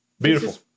beautiful